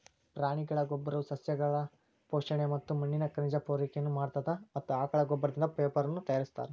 ಪ್ರಾಣಿಗಳ ಗೋಬ್ಬರವು ಸಸ್ಯಗಳು ಪೋಷಣೆ ಮತ್ತ ಮಣ್ಣಿನ ಖನಿಜ ಪೂರೈಕೆನು ಮಾಡತ್ತದ ಮತ್ತ ಆಕಳ ಗೋಬ್ಬರದಿಂದ ಪೇಪರನು ತಯಾರಿಸ್ತಾರ